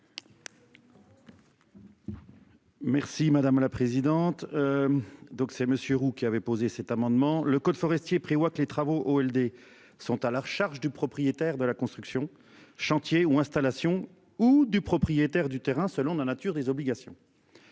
Merci madame la présidente. Donc c'est monsieur Roux qui avait posé cet amendement le code forestier prévoit que les travaux au LD sont à la charge du propriétaire de la construction chantiers ou installations ou du propriétaire du terrain, selon la nature des obligations.